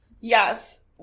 yes